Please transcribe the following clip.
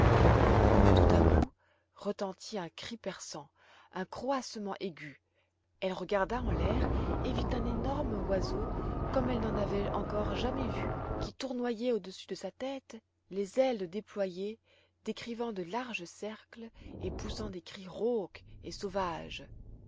tout à coup retentit un cri perçant un croassement aigu elle regarda en l'air et vit un énorme oiseau comme elle n'en avait encore jamais vu qui tournoyait au-dessus de sa tête les ailes déployées décrivant de larges cercles et poussant des cris rauques et sauvages